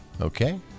Okay